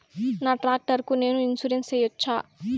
నా టాక్టర్ కు నేను ఇన్సూరెన్సు సేయొచ్చా?